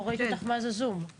לא ראיתי אותך מאז הזום,